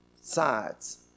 Sides